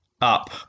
up